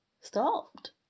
stopped